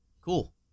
cool